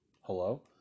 Hello